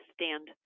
stand